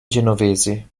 genovesi